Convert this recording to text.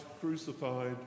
crucified